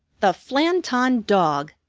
the flanton dog!